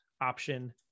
option